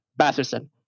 Batherson